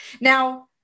Now